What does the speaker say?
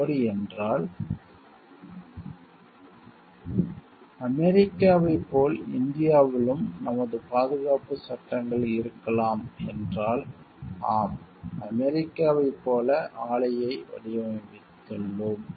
அப்படியென்றால் அமெரிக்காவைப் போல் இந்தியாவிலும் நமது பாதுகாப்புச் சட்டங்கள் இருக்கலாம் என்றால் ஆம் அமெரிக்காவைப் போல ஆலையை வடிவமைத்துள்ளோம்